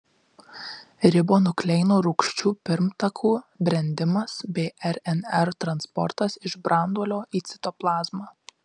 ribonukleino rūgščių pirmtakų brendimas bei rnr transportas iš branduolio į citoplazmą